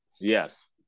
Yes